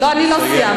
לא, אני לא סיימתי.